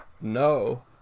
no